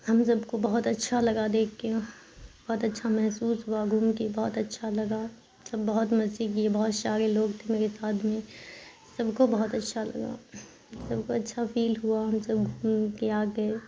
ہم سب کو بہت اچھا لگا دیکھ کے بہت اچھا محسوس ہوا گھوم کے بہت اچھا لگا سب بہت مزے کیے بہت سارے لوگ تھے میرے ساتھ میں سب کو بہت اچھا لگا سب کو اچھا فیل ہوا ہم سب گھوم کے آ گئے